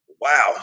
wow